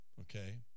Okay